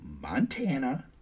Montana